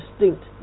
distinct